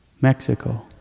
Mexico